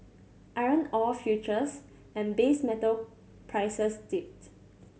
iron ore futures and base metal prices dipped